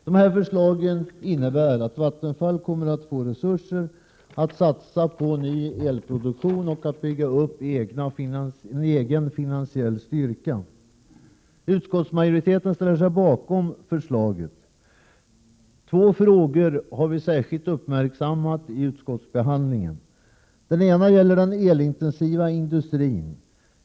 Dessa förslag innebär att Vattenfall kommer att få resurser att satsa på ny elproduktion och på att bygga upp en egen finansiell styrka. Utskottsmajoriteten ställer sig bakom regeringens förslag. Två frågor har vi särskilt uppmärksammat i utskottsbehandlingen. Den ena gäller den elintensiva industrin.